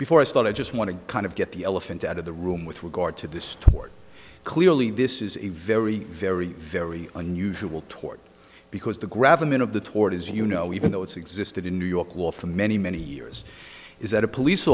before i start i just want to kind of get the elephant out of the room with regard to this tort clearly this is a very very very unusual tort because the grab them in of the toward is you know even though it's existed in new york law for many many years is that a police